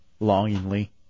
Longingly